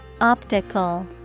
Optical